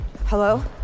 Hello